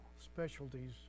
specialties